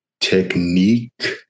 technique